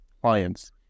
clients